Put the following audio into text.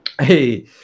Hey